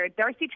Darcy